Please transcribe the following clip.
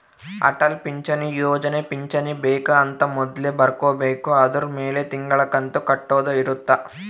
ಅಟಲ್ ಪಿಂಚಣಿ ಯೋಜನೆ ಪಿಂಚಣಿ ಬೆಕ್ ಅಂತ ಮೊದ್ಲೇ ಬರ್ಕೊಬೇಕು ಅದುರ್ ಮೆಲೆ ತಿಂಗಳ ಕಂತು ಕಟ್ಟೊದ ಇರುತ್ತ